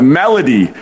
melody